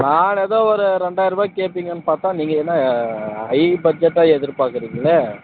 நான் ஏதோ ஒரு ரெண்டாயிரம் ருபாக்கி கேட்பீங்கனு பார்த்தா நீங்கள் என்ன ஹை பட்ஜெட்டாக எதிர் பார்க்குறீங்களே